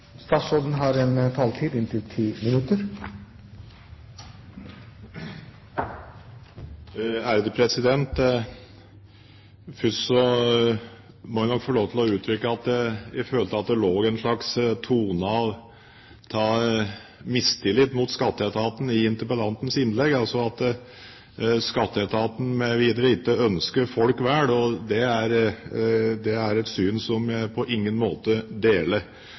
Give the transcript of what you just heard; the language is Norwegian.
Først må jeg få lov til å uttrykke at jeg følte at det lå en slags tone av mistillit mot Skatteetaten i interpellantens innlegg, altså at Skatteetaten mv. ikke ønsker folk vel. Det er et syn som jeg på ingen måte deler.